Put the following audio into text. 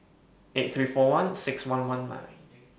eight three four one six one one nine